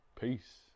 Peace